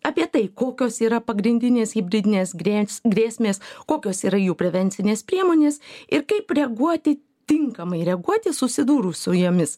apie tai kokios yra pagrindinės hibridinės grės grėsmės kokios yra jų prevencinės priemonės ir kaip reaguoti tinkamai reaguoti susidūrus su jomis